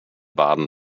baden